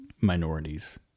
minorities